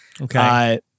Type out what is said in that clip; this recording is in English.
Okay